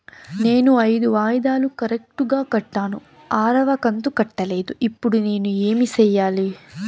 నేను ఐదు వాయిదాలు కరెక్టు గా కట్టాను, ఆరవ కంతు కట్టలేదు, ఇప్పుడు నేను ఏమి సెయ్యాలి?